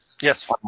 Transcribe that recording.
yes